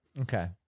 Okay